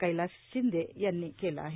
कैलास षिंदे यांनी केलं आहे